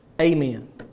Amen